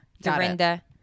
Dorinda